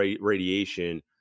radiation